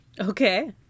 Okay